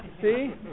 See